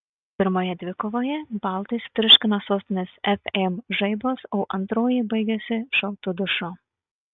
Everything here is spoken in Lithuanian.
pirmoje dvikovoje baltai sutriuškino sostinės fm žaibas o antroji baigėsi šaltu dušu